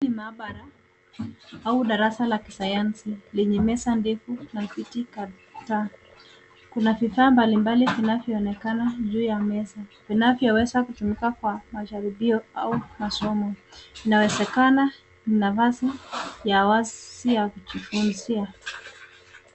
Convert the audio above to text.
Hii ni maabara au darasa la kisayansi lenye meza ndefu na viti kadhaa. Kuna bidhaa mbalimbali vinavyoonekana juu ya meza vinavyoweza kutumika kwa majaribio au masomo. Inawezekana ni nafasi ya wazi ya kujifunzia.